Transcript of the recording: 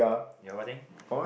ya what thing